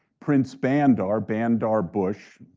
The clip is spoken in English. prince bandar, bandar bush,